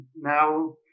now